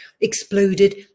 exploded